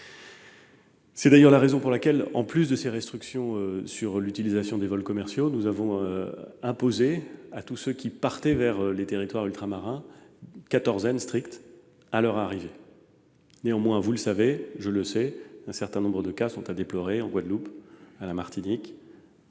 C'est pourquoi aussi, en plus des restrictions portant sur l'utilisation des vols commerciaux, nous avons imposé à tous ceux qui partaient vers les territoires ultramarins une quatorzaine stricte à leur arrivée. Néanmoins, vous savez comme moi qu'un certain nombre de cas sont à déplorer en Guadeloupe, à la Martinique,